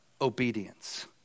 obedience